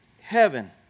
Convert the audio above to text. heaven